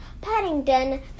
Paddington